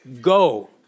Go